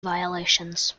violations